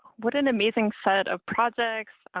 what an amazing set of projects,